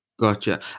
gotcha